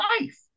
life